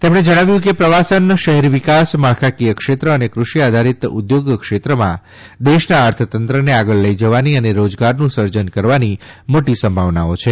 તેમણે જણાવ્યું કે પ્રવાસન શહેરી વિકાસ માળખાકીય ક્ષેત્ર અને કૃષિ આધારિત ઉદ્યોગ ક્ષેત્રમાં દેશના અર્થતંત્રને આગળ લઇ જવાની અને રોજગારનું સર્જન કરવાની મોટી સંભાવનાઓ છે